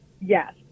yes